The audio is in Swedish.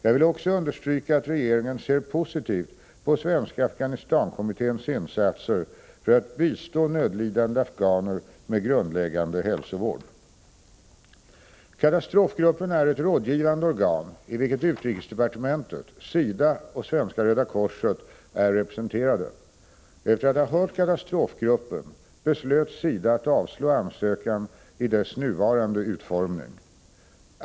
Jag vill också understryka att regeringen ser positivt på Svenska Afghanistankommitténs insatser för att bistå nödlidande afghaner med grundläggande hälsovård. Katastrofgruppen är ett rådgivande organ, i vilket utrikesdepartementet, SIDA och Svenska röda korset är representerade. Efter att ha hört 5 katastrofgruppen beslöt SIDA att avslå ansökan i dess nuvarande utformning.